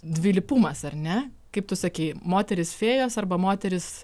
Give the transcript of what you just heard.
dvilypumas ar ne kaip tu sakei moterys fėjos arba moterys